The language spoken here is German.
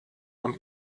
und